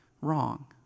wrong